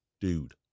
Dude